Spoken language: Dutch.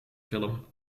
film